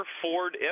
ford